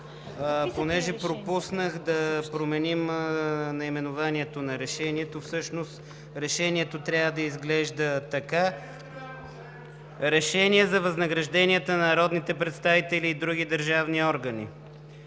Понеже пропуснах да променим наименованието на Решението, всъщност Решението трябва да изглежда така (реплики от „БСП за България“): „Решение за възнагражденията на народните представители и други държавни органи“.